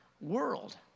world